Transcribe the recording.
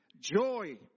Joy